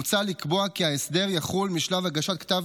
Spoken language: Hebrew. מוצע לקבוע כי ההסדר יחול משלב הגשת כתב